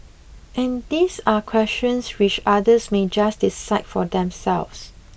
and these are questions which others may just decide for themselves